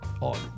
on